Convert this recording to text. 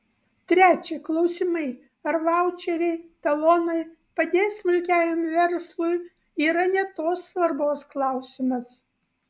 trečia klausimai ar vaučeriai talonai padės smulkiajam verslui yra ne tos svarbos klausimas